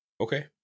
Okay